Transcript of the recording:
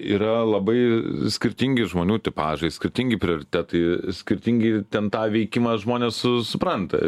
yra labai skirtingi žmonių tipažai skirtingi prioritetai skirtingi ten tą veikimą žmonės supranta